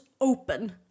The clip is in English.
open